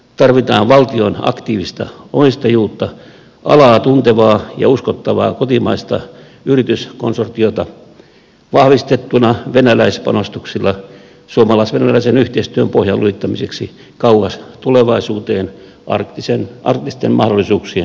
tarvitaan valtion aktiivista omistajuutta alaa tuntevaa ja uskottavaa kotimaista yrityskonsortiota vahvistettuna venäläispanostuksilla suomalais venäläisen yhteistyön pohjan lujittamiseksi kauas tulevaisuuteen arktisten mahdollisuuksien hyödyntämiseksi